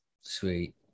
Sweet